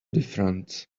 difference